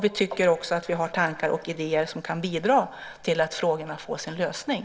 Vi har också tankar och idéer som kan bidra till att frågorna får sin lösning.